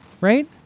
right